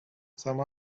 some